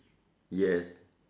yes